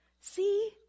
See